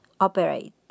operate